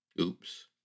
Oops